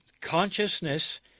Consciousness